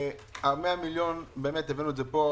ה-100 מיליון באמת הבאנו את זה פה.